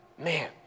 Man